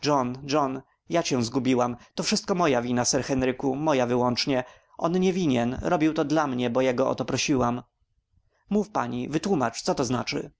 ja cię zgubiłam to wszystko moja wina sir henryku moja wyłącznie on nie winien robił to dla mnie bo go o to prosiłam mów pani wytłómacz co to znaczy